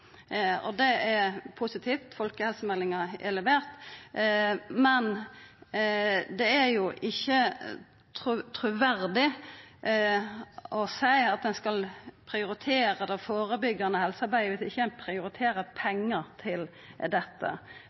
og det er positivt – folkehelsemeldinga er levert. Men det er ikkje truverdig å seia at ein skal prioritera det førebyggjande helsearbeidet viss ein ikkje prioriterer pengar til dette.